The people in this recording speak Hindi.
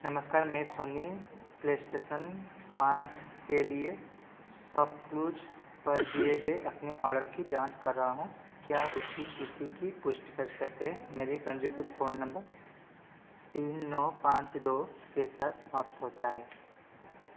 नमस्कार मैं सोनी प्लेस्टेशन पाँच के लिए शॉपक्लूज़ पर दिए गए अपने ऑर्डर की जाँच कर रहा हूँ क्या आप इसकी इस्थिति की पुष्टि कर सकते हैं मेरे पन्जीकृत फ़ोन नम्बर तीन नौ पाँच दो के साथ समाप्त होता है